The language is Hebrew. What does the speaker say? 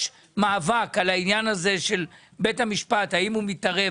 כשיש מאבק על השאלה האם בית המשפט מתערב,